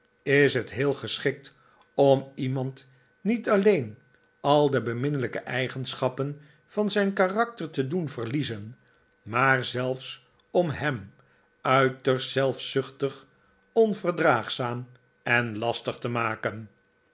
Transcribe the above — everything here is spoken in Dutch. is het heel geschikt om iemand niet alleen al de beminnelijke eigenechappen van zijn karakter te doen verliezen maar zelfs om hem uiterst zelfzuchtig onverdraagzaam en lastig te maken